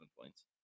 points